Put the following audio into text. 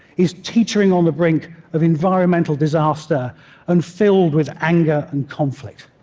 is teetering on the brink of environmental disaster and filled with anger and conflict?